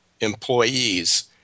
employees